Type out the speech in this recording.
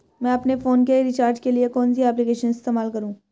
मैं अपने फोन के रिचार्ज के लिए कौन सी एप्लिकेशन इस्तेमाल करूँ?